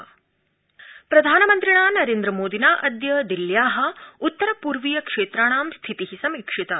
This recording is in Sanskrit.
प्रधानमन्त्री प्रधानमन्त्रिणा नरेन्द्रमोदिना अद्य दिल्ल्या उत्तर पूर्वीय क्षेत्राणां स्थिति समीक्षिता